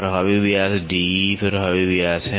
प्रभावी व्यास प्रभावी व्यास है